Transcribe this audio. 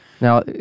Now